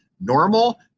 normal